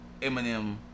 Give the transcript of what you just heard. Eminem